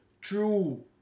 True